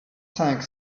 cinq